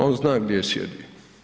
On zna gdje sjedi.